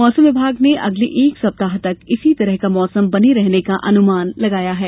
मौसम विभाग ने अगल एक सप्ताह तक इसी तरह का मौसम बने रहने का अनुमान जताया है